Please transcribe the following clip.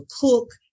cook